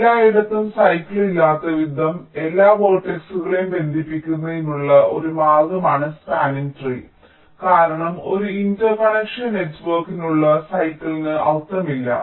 എല്ലായിടത്തും സൈക്കിൾ ഇല്ലാത്തവിധം എല്ലാ വേർട്ടക്സുകളെയും ബന്ധിപ്പിക്കുന്നതിനുള്ള ഒരു മാർഗമാണ് സ്പാനിംഗ് ട്രീ കാരണം ഒരു ഇന്റർ കണക്ഷൻ നെറ്റ്വർക്കിനുള്ള സൈക്കിളിന് അർത്ഥമില്ല